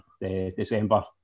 December